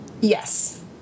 Yes